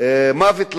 "מוות לערבים"